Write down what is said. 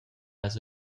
las